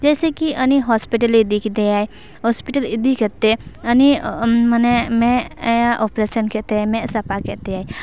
ᱡᱮᱭᱥᱮᱠᱤ ᱟᱱᱤ ᱦᱚᱥᱯᱤᱴᱟᱞᱮ ᱤᱫᱤ ᱠᱮᱫᱮᱭᱟᱭ ᱦᱚᱥᱯᱤᱴᱟᱞ ᱤᱫᱤ ᱠᱟᱛᱮᱫ ᱩᱱᱤ ᱢᱟᱱᱮ ᱟᱭᱟᱜ ᱚᱯᱟᱨᱮᱥᱮᱱ ᱠᱟᱛᱮ ᱢᱮᱫ ᱥᱟᱯᱟ ᱠᱮᱛ ᱛᱟᱭᱟᱭ